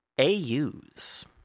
AUs